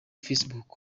facebook